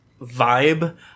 vibe